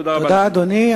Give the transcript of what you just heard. תודה, אדוני.